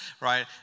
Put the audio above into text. right